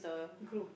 group